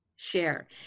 share